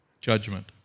Judgment